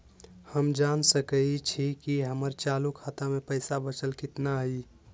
हम जान सकई छी कि हमर चालू खाता में पइसा बचल कितना हई